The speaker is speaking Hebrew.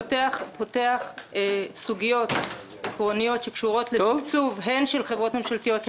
שהוא פותח סוגיות עקרוניות שקשורות לתקצוב של חברות ממשלתיות,